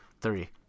Three